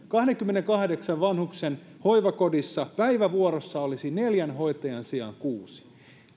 kahdenkymmenenkahdeksan vanhuksen hoivakodissa päivävuorossa olisi neljän hoitajan sijaan kuusi